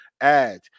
ads